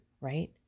right